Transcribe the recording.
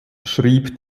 schrieb